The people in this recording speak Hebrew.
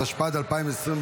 התשפ"ד 2024,